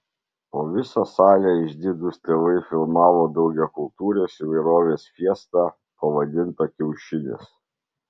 po visą salę išdidūs tėvai filmavo daugiakultūrės įvairovės fiestą pavadintą kiaušinis